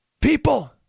people